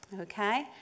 Okay